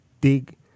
dig